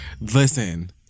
Listen